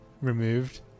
removed